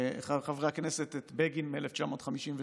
לפניי חבר הכנסת את בגין מ-1952,